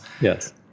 Yes